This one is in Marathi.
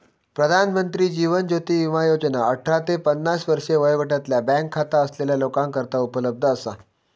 प्रधानमंत्री जीवन ज्योती विमा योजना अठरा ते पन्नास वर्षे वयोगटातल्या बँक खाता असलेल्या लोकांकरता उपलब्ध असा